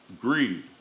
greed